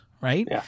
right